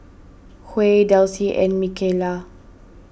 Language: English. Huey Delsie and Mikayla